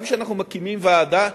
גם כשאנחנו מקימים ועדה,